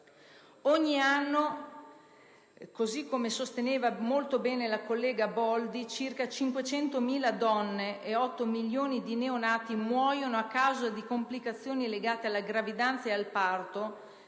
Ogni anno, come ha spiegato molto bene la collega Boldi, circa 500.000 donne e 8 milioni di neonati muoiono a causa di complicazioni legate alla gravidanza e al parto;